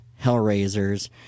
Hellraisers